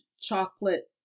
chocolate